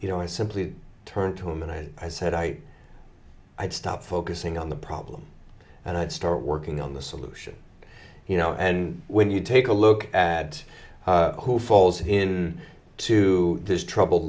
you know i simply turned to him and i i said i'd stop focusing on the problem and i'd start working on the solution you know and when you take a look at who falls in to this trouble